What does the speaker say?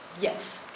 Yes